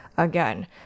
again